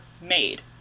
made